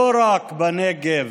לא רק בנגב,